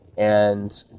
and